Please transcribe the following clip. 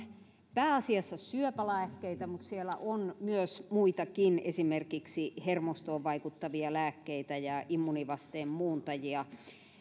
pääasiassa syöpälääkkeitä mutta siellä on myös muitakin esimerkiksi hermostoon vaikuttavia lääkkeitä ja immuunivasteen muuntajia